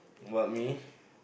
what me